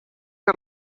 que